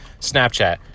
Snapchat